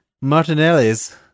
Martinelli's